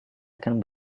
akan